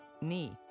knee